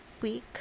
week